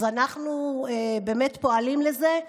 אז אנחנו באמת פועלים לזה,